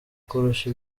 kurusha